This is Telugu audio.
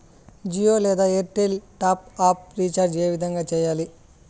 జియో లేదా ఎయిర్టెల్ టాప్ అప్ రీచార్జి ఏ విధంగా సేయాలి